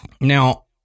Now